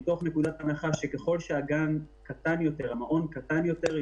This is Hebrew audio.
מתוך נקודת הנחה שככל שהמעון קטן יותר,